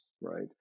right